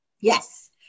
Yes